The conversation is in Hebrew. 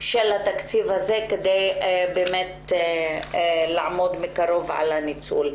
של התקציב הזה ונעמוד מקרוב אחר הניצול.